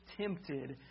tempted